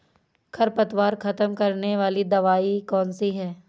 खरपतवार खत्म करने वाली दवाई कौन सी है?